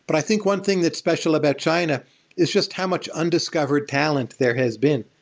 but i think one thing that's special about china is just how much undiscovered talent there has been.